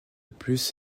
plus